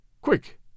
Quick